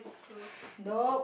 nope